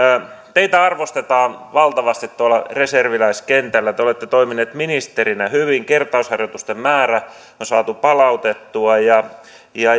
teitä arvostetaan valtavasti tuolla reserviläiskentällä te olette toiminut ministerinä hyvin kertausharjoitusten määrä on on saatu palautettua ja